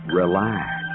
relax